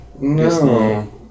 no